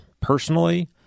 personally